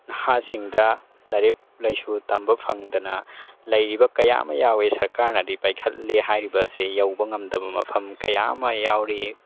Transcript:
ꯅꯍꯥꯁꯤꯡꯗ ꯂꯥꯏꯔꯤꯛ ꯂꯥꯏꯁꯨ ꯇꯝꯕ ꯐꯪꯗꯅ ꯂꯩꯔꯤꯕ ꯀꯌꯥ ꯑꯃ ꯌꯥꯎꯏ ꯁꯔꯀꯥꯔꯅꯗꯤ ꯄꯥꯏꯈꯠꯂꯦ ꯍꯥꯏꯔꯤꯕ ꯑꯁꯦ ꯌꯧꯕ ꯉꯝꯗꯕ ꯃꯐꯝ ꯀꯌꯥ ꯑꯃ ꯌꯥꯎꯔꯤ